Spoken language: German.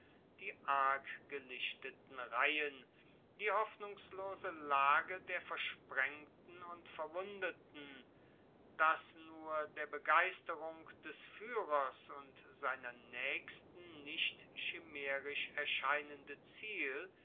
die arg gelichteten reihen die hoffnungslose lage der versprengten und verwundeten das nur der begeisterung des fuehrers und seiner naechsten nicht chimaerisch erscheinende ziel